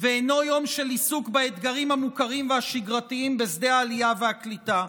ואינו יום של עיסוק באתגרים המוכרים והשגרתיים בשדה העלייה והקליטה,